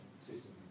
system